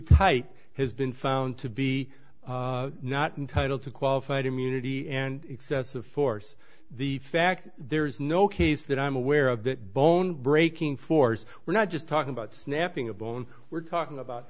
tight has been found to be not entitled to qualified immunity and excessive force the fact there is no case that i'm aware of that bone breaking force we're not just talking about snapping a bone we're talking about